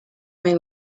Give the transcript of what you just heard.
may